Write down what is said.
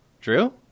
Drew